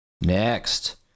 Next